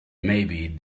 maybe